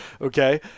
Okay